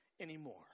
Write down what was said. anymore